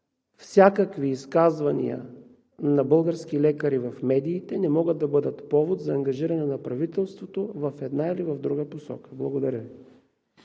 Всякакви изказвания на български лекари в медиите не могат да бъдат повод за ангажиране на правителството в една или в друга посока. Благодаря Ви.